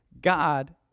God